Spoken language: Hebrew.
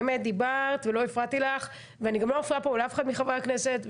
באמת דיברת ולא הפרעתי לך ואני גם לא מפריעה פה לאף אחד מחברי הכנסת,